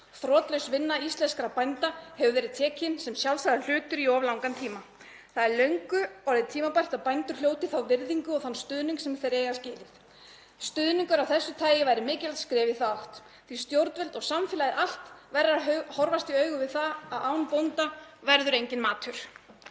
Þrotlausri vinnu íslenskra bænda hefur verið tekið sem sjálfsögðum hlut í of langan tíma. Það er löngu orðið tímabært að bændur hljóti þá virðingu og þann stuðning sem þeir eiga skilið. Stuðningur af þessu tagi væri mikilvægt skref í þá átt, því að stjórnvöld og samfélagið allt verður að horfast í augu við það að án bónda verður enginn matur.